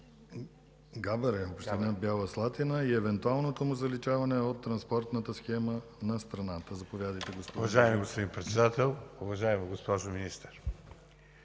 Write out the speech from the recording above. Габаре, община Бяла Слатина и евентуалното му заличаване от транспортната схема на страната. Заповядайте,